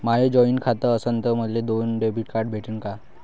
माय joint खातं असन तर मले दोन डेबिट कार्ड भेटन का?